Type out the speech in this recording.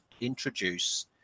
introduce